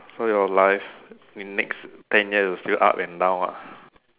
so your life in next ten years is still up and down ah